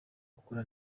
gukura